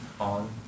on